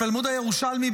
בתלמוד הירושלמי,